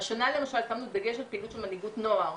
השנה למשל שמנו דגש על פעילות של מנהיגות נוער.